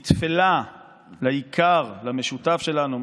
היא טפלה לעיקר, למשותף שלנו.